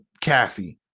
Cassie